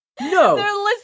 No